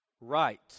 right